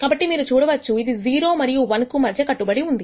కాబట్టి మీరు చూడవచ్చు ఇది 0 మరియు 1 కు మధ్య కట్టుబడి ఉంటుంది